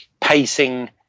pacing